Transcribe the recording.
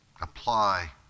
Apply